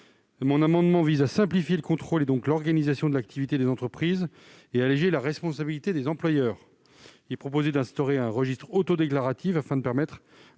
Cet amendement vise à simplifier le contrôle, donc l'organisation de l'activité des entreprises, et à alléger la responsabilité de l'employeur. Il est proposé d'instaurer un registre autodéclaratif, afin de permettre